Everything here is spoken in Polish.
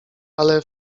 ale